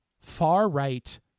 far-right